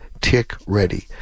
TICK-READY